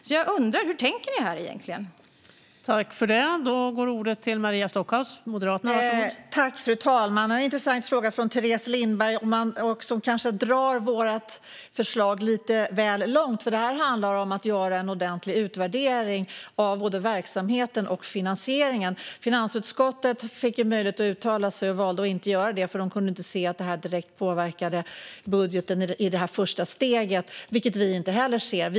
Jag undrar alltså: Hur tänker ni egentligen här?